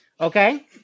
okay